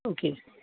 okay